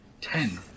Ten